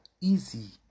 easy